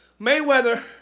Mayweather